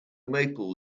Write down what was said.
maple